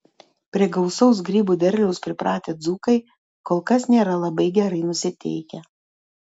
prie gausaus grybų derliaus pripratę dzūkai kol kas nėra labai gerai nusiteikę